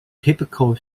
typical